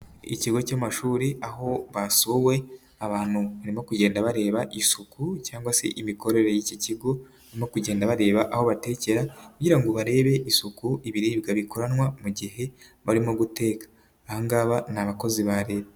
Ikigo cy'amashuri aho batowe abantu barimo kugenda bareba isuku cyangwa se imikorere y'iki kigo, barimo kugenda bareba aho batekera kugira ngo barebe isuku ibiribwa bikoranwa mu gihe barimo guteka, aba ngaba ni abakozi ba Leta.